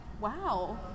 Wow